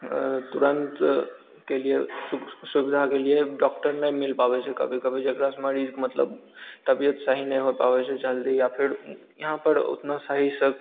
तुरंतके लिए सुख सुबिधाके लिए डॉक्टर नहि मिल पाबैत छै कभी कभी जेकरा से मरीज मतलब तबियत सही नहि हो पाबैत छै जल्दी या फिर यहाँ पर ओतना सही से